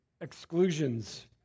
exclusions